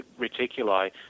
Reticuli